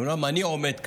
אומנם אני עומד כאן,